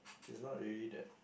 she's not really that